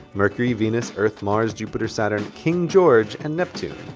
mercury, venus, earth, mars, jupiter, saturn, king george and neptun.